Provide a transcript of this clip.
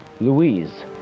Louise